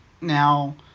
now